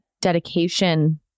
dedication